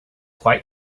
quite